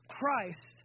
Christ